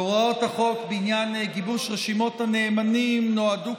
הוראות החוק בעניין גיבוש רשימות הנאמנים נועדו,